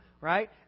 right